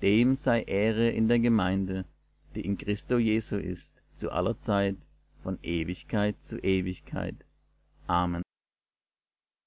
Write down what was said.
dem sei ehre in der gemeinde die in christo jesu ist zu aller zeit von ewigkeit zu ewigkeit amen